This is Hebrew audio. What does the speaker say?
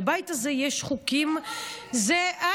לבית הזה יש חוקים, זה לא בית שלי.